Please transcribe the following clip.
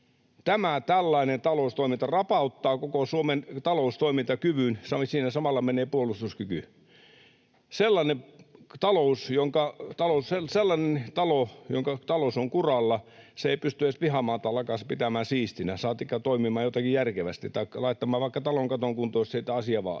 Tämä tällainen taloustoiminta rapauttaa koko Suomen taloustoimintakyvyn. Siinä samalla menee puolustuskyky. Sellainen talo, jonka talous on kuralla, ei pysty edes pihamaata pitämään siistinä, saatikka toimimaan jotenkin järkevästi tai laittamaan vaikka talon katon kuntoon, jos sitä asia